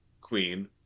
queen